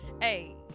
hey